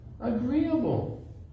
Agreeable